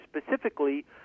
specifically